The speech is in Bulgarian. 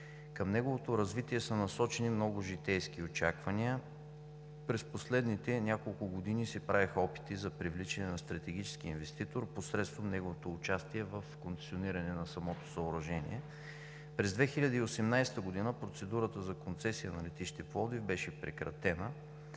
Към неговото развитие са насочени много житейски очаквания. През последните няколко години се правеха опити за привличане на стратегически инвеститор посредством неговото участие в концесиониране на самото съоръжение. През 2018 г. процедурата за концесия на летище Пловдив беше прекратена